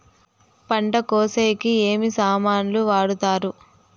పంట కోసేకి ఏమి సామాన్లు వాడుతారు?